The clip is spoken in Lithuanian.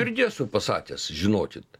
irgi esu pasakęs žinokit